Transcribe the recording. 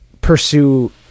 pursue